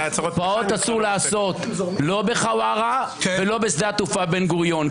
פרעות אסור לעשות לא בחווארה ולא בשדה התעופה בן גוריון,